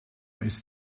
ist